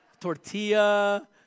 tortilla